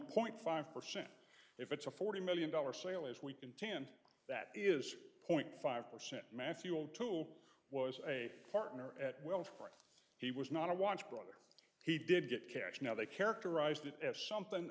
point five percent if it's a forty million dollars sale as we contend that is point five percent matthew will tool was a partner at will he was not a watch brother he did get cash now they characterized it as something